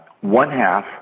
one-half